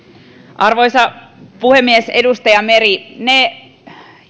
arvoisa puhemies edustaja meri ne